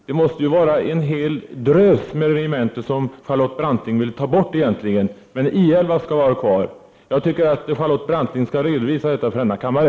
Det måste ju vara en hel drös med regementen som Charlotte Branting egentligen vill ta bort. Men I 11 skall tydligen vara kvar. Jag tycker att Charlotte Branting skall redovisa sin inställning för denna kammare.